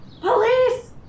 Police